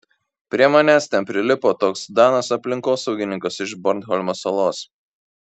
prie manęs ten prilipo toks danas aplinkosaugininkas iš bornholmo salos